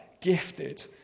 gifted